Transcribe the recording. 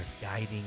guiding